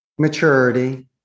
maturity